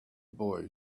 boy